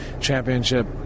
championship